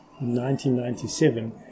1997